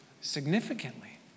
significantly